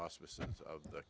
auspices of the